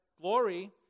glory